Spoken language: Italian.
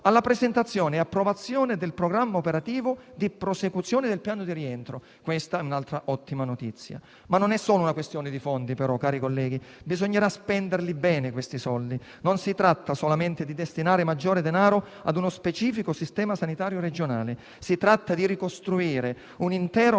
alla presentazione e all'approvazione del programma operativo di prosecuzione del piano di rientro. Questa è un'altra ottima notizia, ma non è solo una questione di fondi, colleghi, perché bisognerà spendere bene. Non si tratta solamente di destinare maggiore denaro a uno specifico sistema sanitario regionale, ma di ricostruire un intero